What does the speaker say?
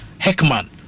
Heckman